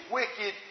wicked